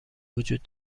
وجود